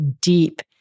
deep